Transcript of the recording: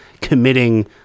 committing